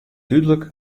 dúdlik